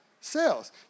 sales